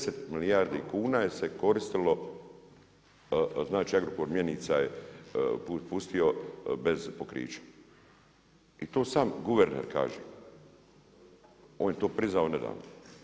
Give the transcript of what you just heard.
10 milijardi kuna se koristilo, znači Agrokor mjenica je pustio bez pokrića i to sam guverner kaže, on je to priznao nedavno.